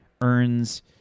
earns